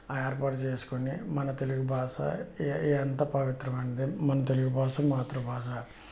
ఆ ఏర్పాటు చేసుకొని మన తెలుగు భాష ఎంత పవిత్రమైనదని మన తెలుగు భాష మాతృభాష